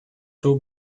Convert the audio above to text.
two